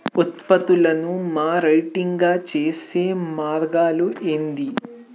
ఉత్పత్తులను మార్కెటింగ్ చేసే మార్గాలు ఏంది?